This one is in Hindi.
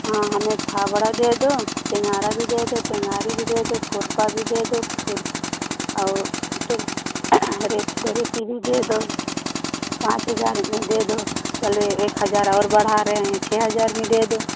हाँ हमें फ़ावड़ा दे दो टेन्गारा भी दे दो टेन्गारी भी दे दो खुरपा भी दे दो खुर और रेत दराँती भी दे दो पाँच हज़ार में दे दो चलो एक हज़ार और बढ़ा रहे हैं छह हज़ार में दे दो